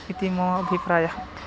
इति मे अभिप्रायः